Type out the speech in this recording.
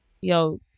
Yo